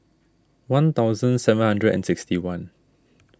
one thousand seven hundred and sixty one